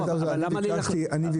אבל למה ללכת